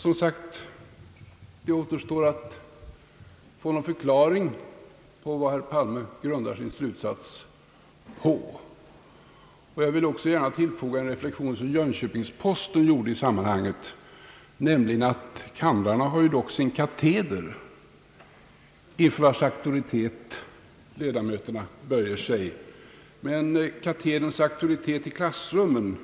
Som sagt, det återstår att få en för klaring vad herr Palme grundar sin slutsats på. Jag vill gärna tillfoga en reflexion som Jönköpings-Posten gjorde i sammanhanget, nämligen att kamrarna dock har sin kateder, inför vars auktoritet ledamöterna böjer sig. Men katederns auktoritet i klassrummen